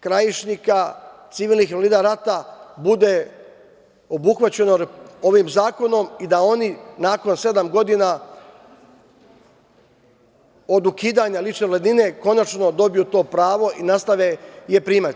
Krajišnika, civilnih invalida rata bude obuhvaćeno ovim zakonom i da oni nakon sedam godina, od ukidanja lične invalidnine, konačno dobiju to pravo i nastave je primati.